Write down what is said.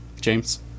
James